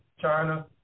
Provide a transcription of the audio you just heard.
China